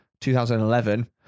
2011